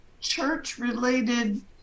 church-related